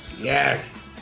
Yes